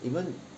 even